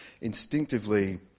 instinctively